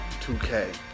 2K